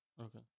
Okay